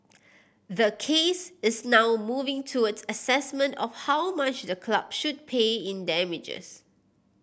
the case is now moving towards assessment of how much the club should pay in damages